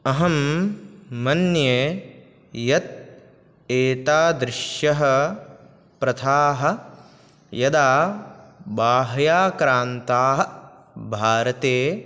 अहं मन्ये यत् एतादृश्यः प्रथाः यदा बाह्याक्रान्ताः भारते